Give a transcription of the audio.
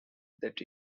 that